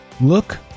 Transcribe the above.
Look